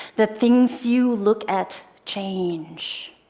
the things you look at change.